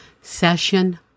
session